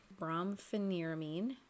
brompheniramine